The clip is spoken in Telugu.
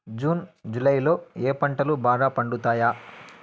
జూన్ జులై లో ఏ పంటలు బాగా పండుతాయా?